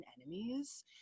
enemies